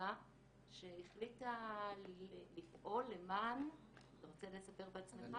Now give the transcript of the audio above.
בקבוצה שהחליטה לפעול למען --- אתה רוצה לספר בעצמך?